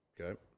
okay